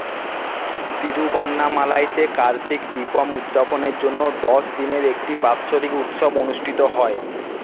তিরুভান্নামালাইতে কার্তিক দীপম উদযাপনের জন্য দশ দিনের একটি বাৎসরিক উৎসব অনুষ্ঠিত হয়